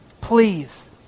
Please